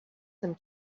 some